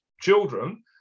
children